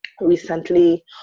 recently